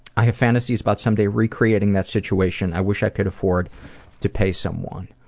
i have fantasies about some day recreating that situation. i wish i could afford to pay someone.